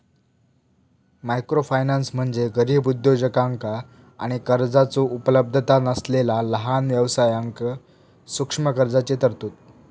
microfinance म्हणजे गरीब उद्योजकांका आणि कर्जाचो उपलब्धता नसलेला लहान व्यवसायांक सूक्ष्म कर्जाची तरतूद